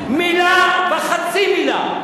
מלה וחצי מלה,